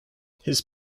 his